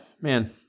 man